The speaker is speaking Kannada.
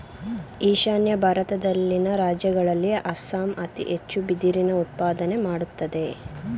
ಈಶಾನ್ಯ ಭಾರತದಲ್ಲಿನ ರಾಜ್ಯಗಳಲ್ಲಿ ಅಸ್ಸಾಂ ಅತಿ ಹೆಚ್ಚು ಬಿದಿರಿನ ಉತ್ಪಾದನೆ ಮಾಡತ್ತದೆ